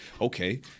okay